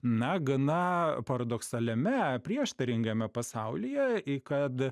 na gana paradoksaliame prieštaringame pasaulyje kad